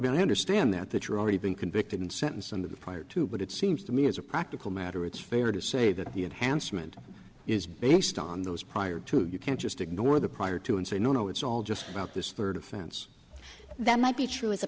mean i understand that that you're already been convicted and sentenced on the part two but it seems to me as a practical matter it's fair to say that the enhancement is based on those prior to you can't just ignore the prior to and say no no it's all just about this third offense that might be true as a